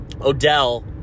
Odell